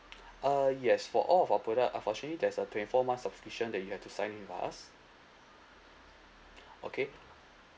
uh yes for all of our products unfortunately there's a twenty four months of subscriptions that you have to sign in with us okay